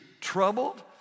troubled